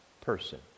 person